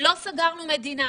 לא סגרנו מדינה.